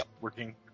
working